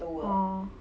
oh